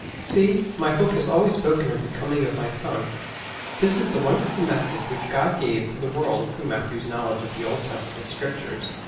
see, my book has always spoken of the coming of my son this is the wonderful message which god gave to the world through matthew's knowledge of the old testament scriptures.